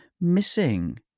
missing